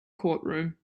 courtroom